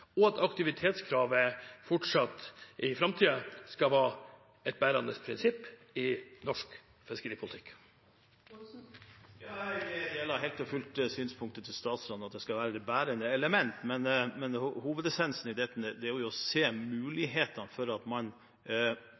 og at aktivitetskravet i framtiden også skal være et bærende prinsipp i norsk fiskeripolitikk. Jeg deler helt og fullt statsrådens synspunkt om at det skal være det bærende elementet, men hovedessensen i dette er å se på mulighetene for